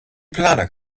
planer